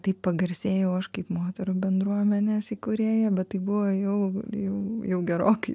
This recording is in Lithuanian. taip pagarsėjau aš kaip moterų bendruomenės įkūrėja bet tai buvo jau jau jau gerokai